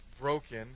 broken